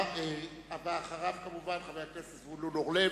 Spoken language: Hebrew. הבא אחריו, כמובן, חבר הכנסת זבולון אורלב,